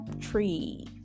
tree